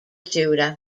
judah